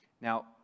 Now